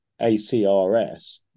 ACRS